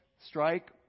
strike